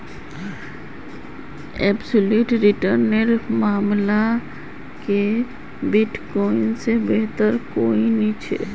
absolute return नेर मामला क बिटकॉइन से बेहतर कोई नी छे